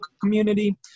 community